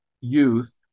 youth